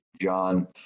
John